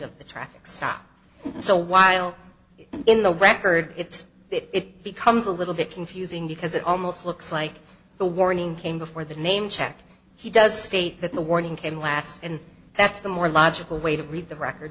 of the traffic stop so while in the record it's it becomes a little bit confusing because it almost looks like the warning came before the name check he does state that the warning came last and that's the more logical way to read the record